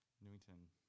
Newington